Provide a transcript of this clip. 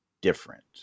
different